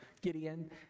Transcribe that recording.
Gideon